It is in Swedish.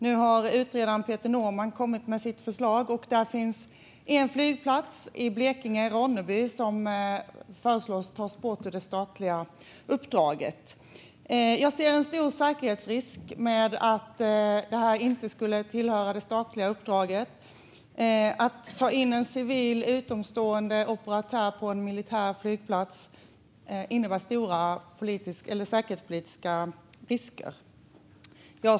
Nu har utredaren Peter Norman kommit med sina förslag, bland annat att flygplatsen i Ronneby inte längre ska ingå i det statliga uppdraget. Men att ta in en civil, utomstående operatör på en militär flygplats innebär stor säkerhetspolitisk risk, menar jag.